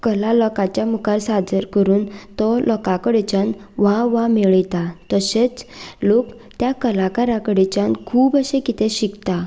कला लोकांच्या मुखार सादर करून तो लोकां कडच्यान वाह वाह मेळयता तशेंच लोक त्या कलाकारा कडच्यान खूब अशें कितें शिकता